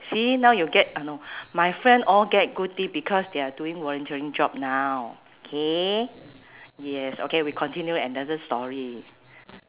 see now you get uh no my friend all get good deed because they are doing volunteering job now K yes okay we continue another story